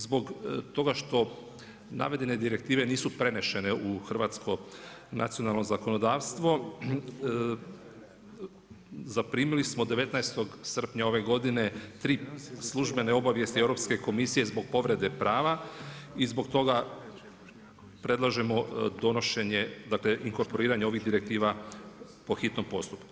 Zbog toga što navedene direktive nisu prenošene u hrvatsko nacionalno zakonodavstvo, zaprimili smo 19. srpnja ove godine 3 službene obavijesti Europske komisije zbog povrede prava i zbog toga predlažemo donošenje inkorporiranje ovih direktiva po hitnom postupku.